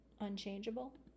unchangeable